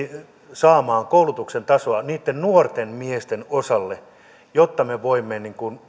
saamaan koulutuksen tasoa niitten nuorten miesten osalle jotta me voimme